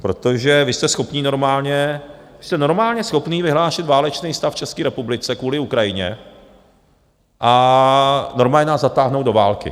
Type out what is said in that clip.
Protože vy jste schopní normálně, jste normálně schopní vyhlásit válečný stav v České republice kvůli Ukrajině a normálně nás zatáhnout do války.